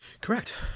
Correct